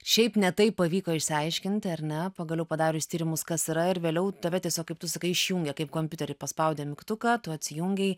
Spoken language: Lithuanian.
šiaip ne taip pavyko išsiaiškinti ar ne pagaliau padarius tyrimus kas yra ir vėliau tave tiesiog kaip tu sakai išjungė kaip kompiuterį paspaudė mygtuką tu atsijungei